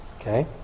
Okay